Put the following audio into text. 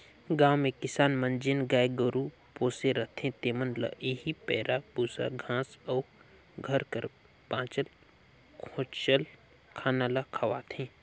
गाँव में किसान मन जेन गाय गरू पोसे रहथें तेमन ल एही पैरा, बूसा, घांस अउ घर कर बांचल खोंचल खाना ल खवाथें